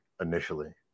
initially